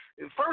First